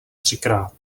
třikrát